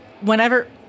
whenever